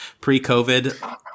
pre-COVID